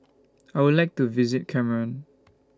I Would like to visit Cameroon